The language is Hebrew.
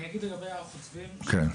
אני אגיד לגבי הר חוצבים ששוב,